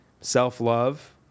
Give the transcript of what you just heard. self-love